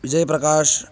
Vijay Prakash